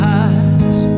eyes